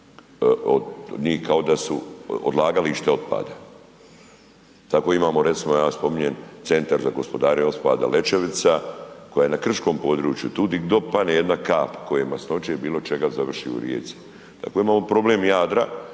od njih kao da su odlagališta otpada. Tako imamo recimo ja spominjem Centar za gospodarenjem otpada Lećevica koja je na krškom području. Tu gdje god padne jedna kap koje masnoće i bilo čega završi u rijeci. Dakle imamo problem Jadra,